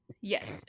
Yes